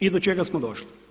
I do čega smo došli?